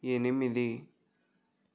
ఎనిమిది